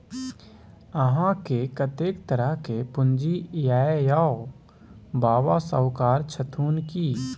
अहाँकेँ कतेक तरहक पूंजी यै यौ? बाबा शाहुकार छथुन की?